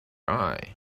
eye